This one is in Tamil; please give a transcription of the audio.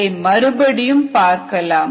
அதை மறுபடியும் பார்க்கலாம்